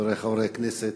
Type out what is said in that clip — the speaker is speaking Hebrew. חברי חברי הכנסת,